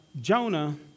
Jonah